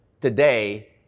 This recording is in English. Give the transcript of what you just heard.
today